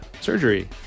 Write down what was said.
surgery